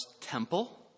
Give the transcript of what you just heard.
temple